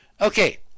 Okay